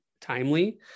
timely